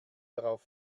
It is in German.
darauf